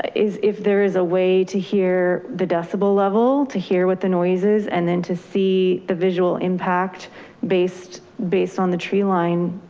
ah if there is a way to hear the decibel level, to hear what the noises and then to see the visual impact based, based on the tree line,